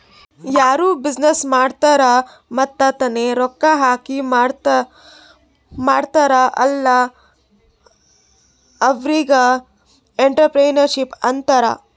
ಯಾರು ಬಿಸಿನ್ನೆಸ್ ಮಾಡ್ತಾರ್ ಮತ್ತ ತಾನೇ ರೊಕ್ಕಾ ಹಾಕಿ ಮಾಡ್ತಾರ್ ಅಲ್ಲಾ ಅವ್ರಿಗ್ ಎಂಟ್ರರ್ಪ್ರಿನರ್ಶಿಪ್ ಅಂತಾರ್